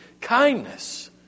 kindness